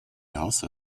also